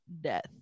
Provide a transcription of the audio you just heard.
death